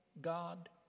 God